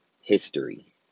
history